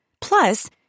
Plus